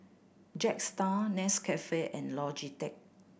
Jetstar Nescafe and Logitech